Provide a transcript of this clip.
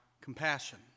compassion